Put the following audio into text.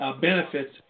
benefits